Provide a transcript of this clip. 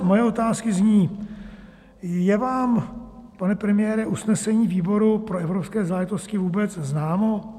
Moje otázky zní: Je vám, pane premiére, usnesení výboru pro evropské záležitosti vůbec známo?